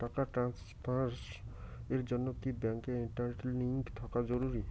টাকা ট্রানস্ফারস এর জন্য কি ব্যাংকে ইন্টারনেট লিংঙ্ক থাকা জরুরি?